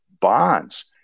bonds